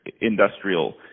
industrial